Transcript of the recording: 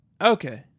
Okay